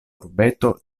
urbeto